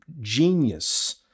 genius